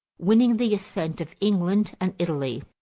winning the assent of england and italy.